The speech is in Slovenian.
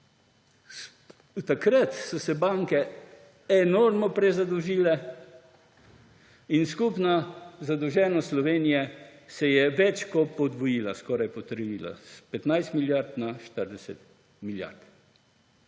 Takrat so se banke enormno prezadolžile in skupna zadolženost Slovenije se je več kot podvojila, skoraj potrojila – s 15 milijard na 40 milijard.